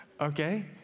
Okay